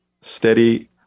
steady